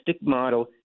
model